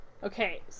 Okay